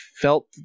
felt